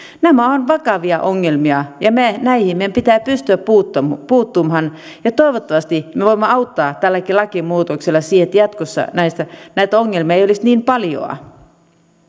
nämä ovat vakavia ongelmia ja näihin meidän pitää pystyä puuttumaan puuttumaan ja toivottavasti me voimme auttaa tälläkin lakimuutoksella siihen että jatkossa näitä ongelmia ei olisi niin paljoa